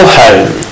home